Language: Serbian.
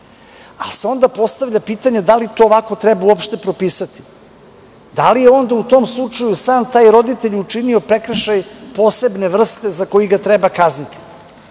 Ali, onda se postavlja pitanje da li to ovako treba uopšte propisati? Da li je onda u tom slučaju sam taj roditelj učinio prekršaj posebne vrste za koji ga treba kazniti?